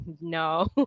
No